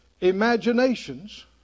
imaginations